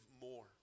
more